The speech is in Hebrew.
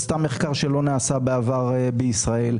עשתה מחקר שלא נעשה בעבר בישראל,